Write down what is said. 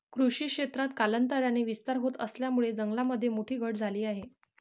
कृषी क्षेत्रात कालांतराने विस्तार होत असल्यामुळे जंगलामध्ये मोठी घट झाली आहे